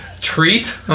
treat